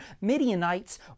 Midianites